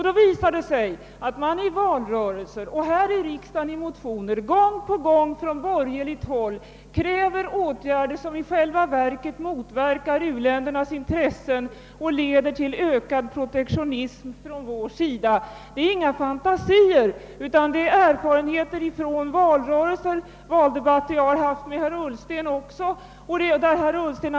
Då visar det sig att man, i valrörelser och här i riksdagen i motioner, gång på gång från borgerligt håll kräver åtgärder som i själva verket motverkar u-ländernas intressen och leder till ökad protektionism från vår sida. — Det är inga fantasier, utan det är erfarenheter från valdebatter som jag har haft med bl.a. herr Ullsten.